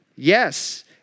Yes